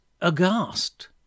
aghast